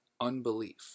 unbelief